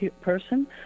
person